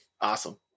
Awesome